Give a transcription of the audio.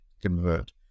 convert